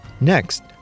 Next